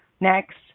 next